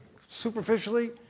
superficially